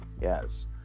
Yes